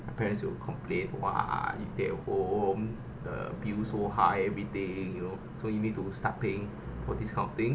my parents will complain !wah! you stay at home the bill so high everything you know so you need to start paying for this kind of things